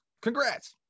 Congrats